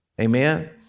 Amen